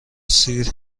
سیر